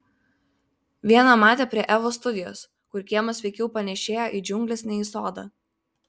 vieną matė prie evos studijos kur kiemas veikiau panėšėjo į džiungles nei į sodą